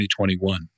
2021